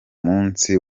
munsi